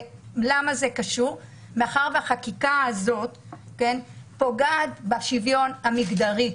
זה קשור מאחר שהחקיקה הזאת פוגעת בשוויון המגדרי.